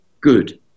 good